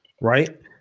Right